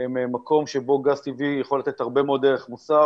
הם מקום שבו גז טבעי יכול לתת הרבה מאוד ערך מוסף.